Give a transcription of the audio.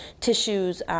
tissues